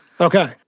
Okay